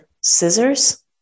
scissors